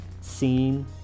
scene